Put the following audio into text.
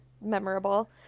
memorable